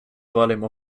volume